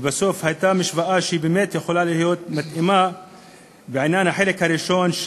ובסוף הייתה משוואה שבאמת הייתה יכולה להיות מתאימה בעניין החלק הראשון,